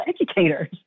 educators